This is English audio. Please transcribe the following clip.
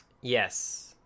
Yes